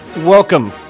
Welcome